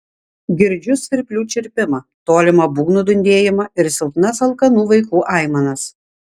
girdžiu svirplių čirpimą tolimą būgnų dundėjimą ir silpnas alkanų vaikų aimanas